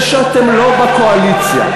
זה שאתם לא בקואליציה.